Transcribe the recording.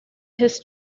his